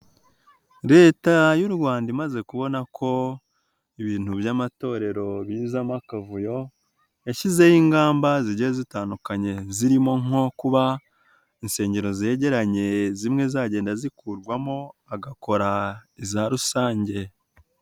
Leta y'u Rwanda imaze kubona ko ibintu by'amatorero bizamo akavuyo, yashyizeho ingamba zigiye zitandukanye zirimo nko kuba insengero zegeranye zimwe zagenda zikurwamo hagakora iza rusange.